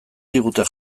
digute